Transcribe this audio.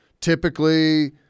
Typically –